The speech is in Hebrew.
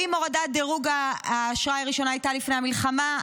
האם הורדת דירוג האשראי הראשונה הייתה לפני המלחמה?